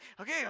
okay